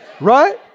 Right